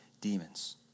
demons